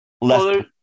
less